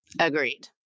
Agreed